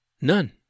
none